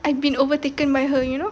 I've been overtaken by her you know